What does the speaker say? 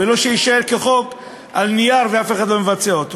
ולא שיישאר על הנייר כשאף אחד לא מבצע אותו.